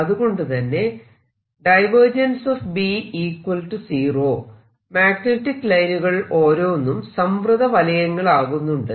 അതുകൊണ്ടുതന്നെ മാഗ്നെറ്റിക് ലൈനുകൾ ഓരോന്നും സംവൃത വലയങ്ങൾ ആകുന്നുണ്ട്